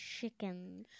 chickens